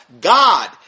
God